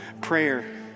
prayer